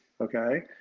Okay